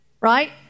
Right